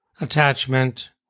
attachment